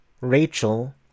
rachel